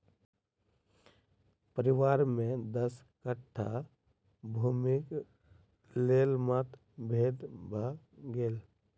परिवार में दस कट्ठा भूमिक लेल मतभेद भ गेल